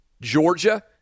Georgia